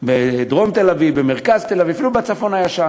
בדרום תל-אביב, במרכז תל-אביב, אפילו בצפון הישן.